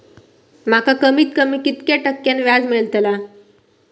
माका कमीत कमी कितक्या टक्क्यान व्याज मेलतला?